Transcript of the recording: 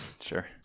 Sure